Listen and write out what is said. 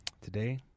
Today